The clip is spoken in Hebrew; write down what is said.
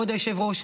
כבוד היושב-ראש,